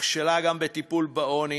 נכשלה גם בטיפול בעוני,